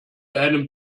einem